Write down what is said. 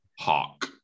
Hawk